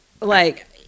Like-